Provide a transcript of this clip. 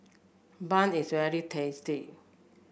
bun is very tasty